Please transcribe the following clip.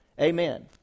Amen